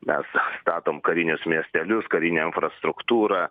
mes statom karinius miestelius karinę infrastruktūrą